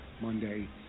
Monday